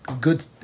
good